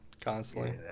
constantly